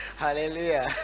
hallelujah